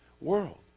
world